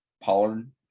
Pollard